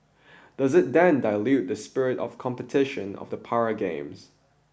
does it then dilute the spirit of competition of the para games